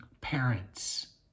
parents